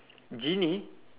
genie